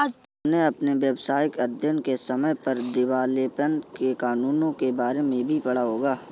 तुमने अपने व्यावसायिक अध्ययन के समय पर दिवालेपन के कानूनों के बारे में भी पढ़ा होगा